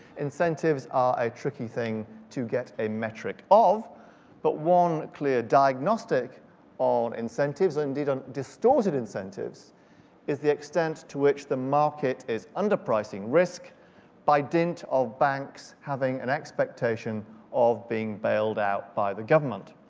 incentives are a tricky thing to get a metric of but one clear diagnostic on incentives indeed on distorted incentives is the extent to which the market is underpricing risk by dint of banks having an expectation of being bailed out by the government.